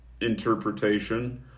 interpretation